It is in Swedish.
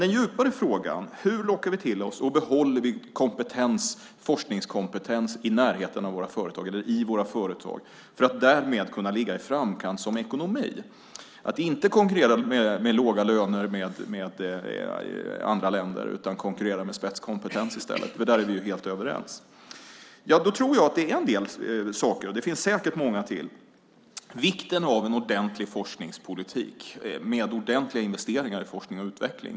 Den djupare frågan är hur vi lockar till oss och behåller forskningskompetens i närheten av eller i våra företag för att därmed ligga i framkant som ekonomi. Vi ska inte konkurrera med andra länder med låga löner utan i stället med spetskompetens. Där är vi helt överens. Det finns säkert många saker. En viktig komponent är naturligtvis vikten av en ordentlig forskningspolitik med ordentliga investeringar i forskning och utveckling.